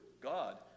God